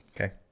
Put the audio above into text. Okay